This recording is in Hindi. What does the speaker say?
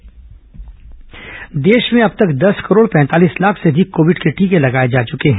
कोरोना टीकाकरण देश में अब तक दस करोड़ पैंतालीस लाख से अधिक कोविड के टीके लगाये जा चुके हैं